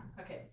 Okay